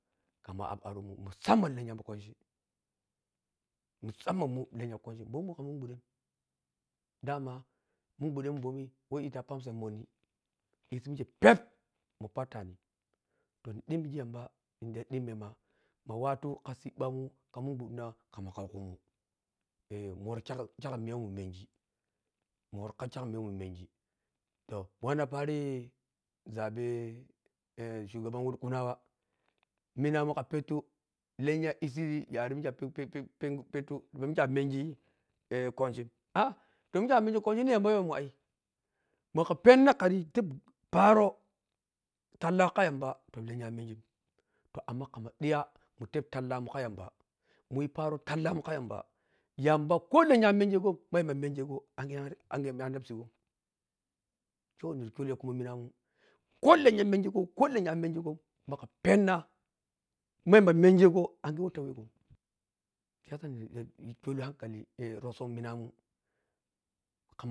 Khamma abamun mu samman lennyakwanchi musamman mu lennya kwanchi mu wom khamun gbadhen dama mun gbwandhemun bomi wah dhita pharm sec monny issi wekhe peep mun pettani tp ni dhemmiye yamba nhidhi ta dhimme ma ma watu kha mun gwabshina kha sibba khama khaukhumun mu wori kyak kyak miya wah nmunmungi mu wanna kha-khakiniya wah mainme toh ma wanna pari ʒahe shugaban war kanwa minamun kha pettu lennya pidhe yare mikhe kha lyse pepe pengur peltu mikhe a mengur kwanchi ah to mikhe amengi kwannchhi nhi yamba wah yiweman ai kmakha wanna khari tabbi paro tallagho kha yamba to lennya a mengim kha khamma dhiya mun tabbi tallamun kha yamba muyi paro tallamun kha yamba paro tallamun kha yamba yamba kho tennya amenghegho ma yamba menghegho angighe miya annabi sigho khe wana kyole khumu lennya minamun kho lenya menghgho kho lenya a menghegho magha penna ma yamba menghegho angy wah ta wegom siyasa ni kyole hankali rosominamun kha